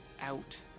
out